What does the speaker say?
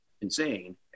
Insane